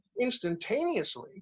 instantaneously